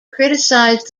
criticized